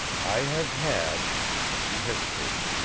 i have had he hesitated